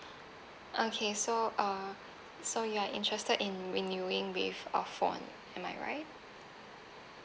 okay so uh so you are interested in renewing with a phone am I right